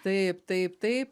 taip taip taip